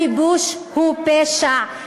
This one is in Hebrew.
הכיבוש הוא פשע.